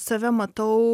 save matau